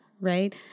right